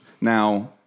Now